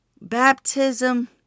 Baptism